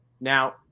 Now